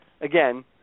again